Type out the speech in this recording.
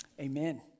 amen